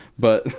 but,